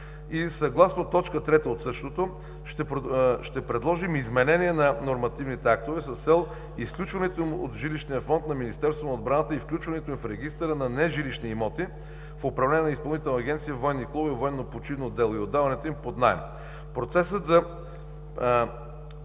и съгласно т. 3 от същото, ще предложим изменение на нормативните актове с цел изключването им от жилищния фонд на Министерството на отбраната и включването им в регистъра на нежилищни имоти в управление на Изпълнителна агенция „Военни клубове и военно почивно дело“, и отдаването им под наем.